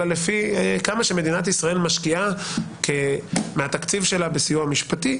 אלא לפי כמה שמדינת ישראל משקיעה מהתקציב שלה בסיוע משפטי,